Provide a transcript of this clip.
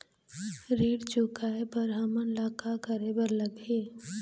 ऋण चुकाए बर हमन ला का करे बर लगही?